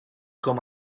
com